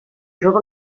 jove